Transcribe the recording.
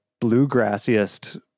bluegrassiest